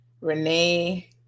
Renee